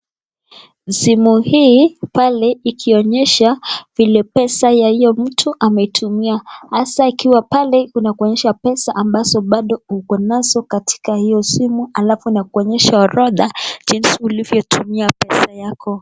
Simu hii pale ikionyesha vile pesa ya huyo mtu ametumia hasa ikiwa pale inakuonyesha pesa ambazo bado uko nazo katika hiyo simu. Halafu inakuonyesha orodha jinsi ulivyotumia pesa yako.